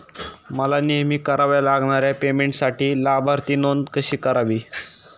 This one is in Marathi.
मला नेहमी कराव्या लागणाऱ्या पेमेंटसाठी लाभार्थी नोंद कशी करावी?